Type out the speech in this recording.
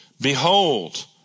behold